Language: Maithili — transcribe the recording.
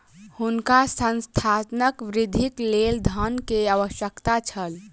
हुनका संस्थानक वृद्धिक लेल धन के आवश्यकता छल